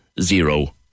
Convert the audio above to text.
zero